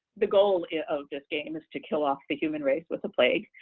the goal of this game is to kill off the human race with a plague,